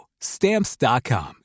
Stamps.com